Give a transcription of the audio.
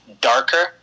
darker